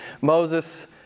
Moses